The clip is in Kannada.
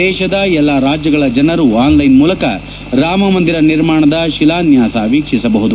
ದೇಶದ ಎಲ್ಲ ರಾಜ್ಞಗಳ ಜನರು ಆನ್ಲೈನ್ ಮೂಲಕ ರಾಮಮಂದಿರ ನಿರ್ಮಾಣದ ಶಿಲನ್ನಾಸ ವೀಕ್ಷಿಸಲಿದ್ದಾರೆ